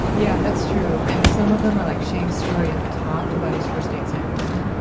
yeah. that's true, and some of them are like shane's story at the top about his first day at san quentin.